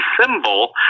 symbol